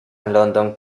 london